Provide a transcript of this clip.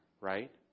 right